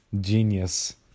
genius